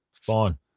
fine